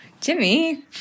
Jimmy